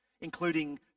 including